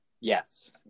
yes